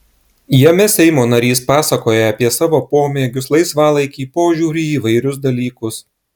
jame seimo narys pasakoja apie savo pomėgius laisvalaikį požiūrį į įvairius dalykus